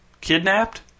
Kidnapped